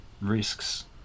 risks